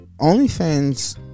OnlyFans